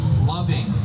loving